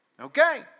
Okay